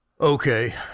Okay